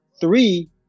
three